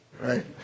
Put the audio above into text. right